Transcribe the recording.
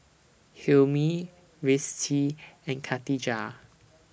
Hilmi Rizqi and Katijah